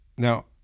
Now